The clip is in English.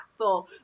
impactful